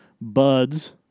buds